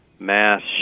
Mass